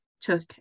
took